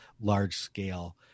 large-scale